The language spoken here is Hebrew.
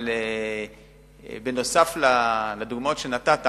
אבל בנוסף לדוגמאות שנתת,